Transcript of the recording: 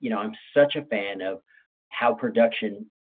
you know i'm such a fan of how production,